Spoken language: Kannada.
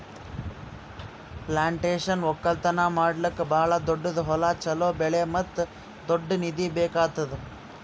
ಪ್ಲಾಂಟೇಶನ್ ಒಕ್ಕಲ್ತನ ಮಾಡ್ಲುಕ್ ಭಾಳ ದೊಡ್ಡುದ್ ಹೊಲ, ಚೋಲೋ ಬೆಳೆ ಮತ್ತ ದೊಡ್ಡ ನಿಧಿ ಬೇಕ್ ಆತ್ತುದ್